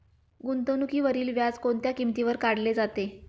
गुंतवणुकीवरील व्याज कोणत्या किमतीवर काढले जाते?